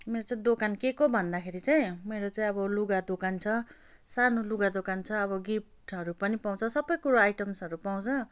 मेरो चाहिँ दोकान के को भन्दाखेरि चाहिँ मेरो चाहिँ अब लुगा दोकान छ सानो लुगा दोकान छ अब गिफ्टहरू पनि पाउँछ सबै कुरो आइटम्सहरू पाउँछ